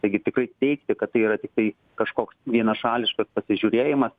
taigi tikrai teigti kad tai yra tiktai kažkoks vienašališkas pasižiūrėjimas